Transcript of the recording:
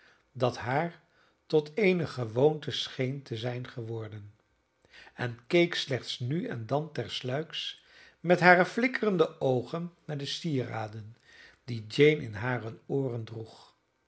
dat haar tot eene gewoonte scheen te zijn geworden en keek slechts nu en dan tersluiks met hare flikkerende oogen naar de sieraden die jane in hare ooren droeg